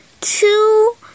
two